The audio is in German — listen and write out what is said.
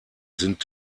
sind